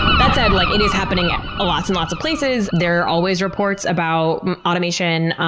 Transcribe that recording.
that said, like it is happening at lots and lots of places. there are always reports about automation.